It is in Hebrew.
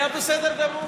היה בסדר גמור.